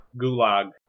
Gulag